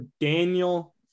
Daniel